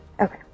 Okay